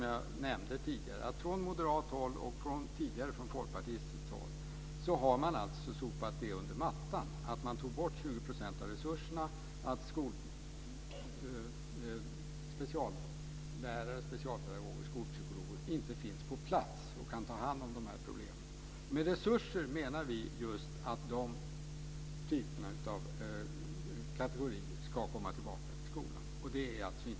Jag nämnde att man från moderat och tidigare från folkpartistiskt håll har sopat under mattan det förhållandet att man tagit bort 20 % av resurserna och att vi inte har speciallärare, specialpedagoger och skolpsykologer som kan ta hand om problemen. Med att få resurser menar vi att vi ska få tillbaka dessa kategorier till skolan. Det är inte gratis.